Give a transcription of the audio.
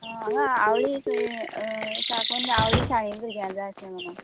आं हांगा आवळी सये साकून आवळी शाळे भुरग्यां जाय आसले म्हाका